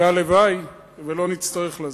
והלוואי ולא נצטרך לזה.